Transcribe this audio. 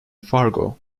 fargo